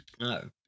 No